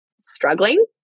struggling